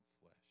flesh